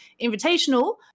invitational